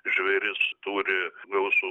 žvėris turi gausų